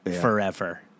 forever